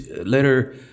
later